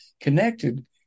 connected